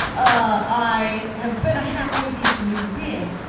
ah i have been a halfway decent human being.